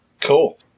Cool